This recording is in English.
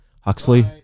Huxley